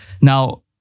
Now